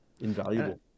invaluable